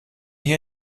hier